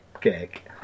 cake